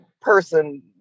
person